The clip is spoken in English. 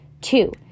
Two